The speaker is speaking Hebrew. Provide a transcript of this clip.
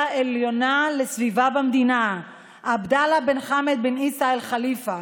העליונה לסביבה במדינה עבדאללה בן חמד בן עיסא אל-ח'ליפה.